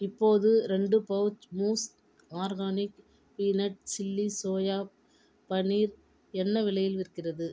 இப்போது இரண்டு பவுச் மூஸ் organic peanut chilli soya paneer என்ன விலையில் விற்கிறது